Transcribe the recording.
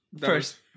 first